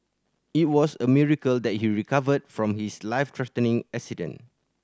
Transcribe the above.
it was a miracle that he recovered from his life threatening accident